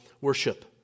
worship